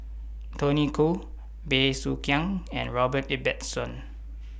Tony Khoo Bey Soo Khiang and Robert Ibbetson